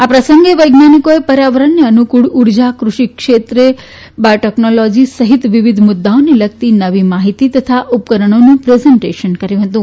આ પ્રસંગે વૈજ્ઞાનિકોએ ર્યાવરણને અનુક્ળ ઉર્જા કૃષિક્ષેત્રે બાયોટેકનોલોજી સહિત વિવિધ મુદ્દાઓને લગતી નવી માહિતી તથા ઉ કરણોનું પ્રેઝન્ટેશન કર્યું હતું